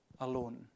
alone